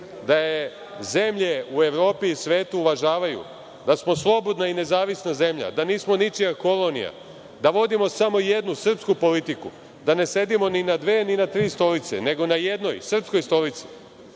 da je zemlje u Evropi i svetu uvažavaju, da smo slobodna i nezavisna zemlja, da nismo ničija kolonija, da vodimo samo jednu, srpsku politiku, da ne sedimo ni na dve, ni na tri stolice, nego na jednoj, srpskoj stolici,